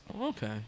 Okay